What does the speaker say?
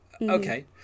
okay